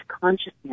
consciousness